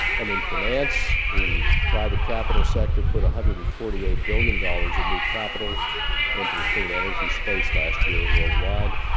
and in finance the private capital sector put one hundred and forty eight billion dollars of new capital into the clean energy space last year worldwide.